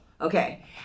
Okay